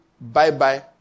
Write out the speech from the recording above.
bye-bye